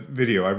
video